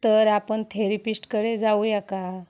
तर आपण थेरिपिश्टकडे जाऊया का